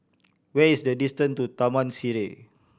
where is the distance to Taman Sireh